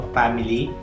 family